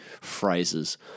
phrases